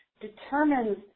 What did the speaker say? determines